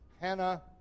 Hannah